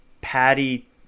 patty